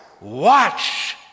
watch